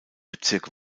bezirk